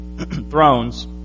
thrones